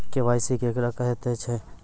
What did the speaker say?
KYC केकरा कहैत छै?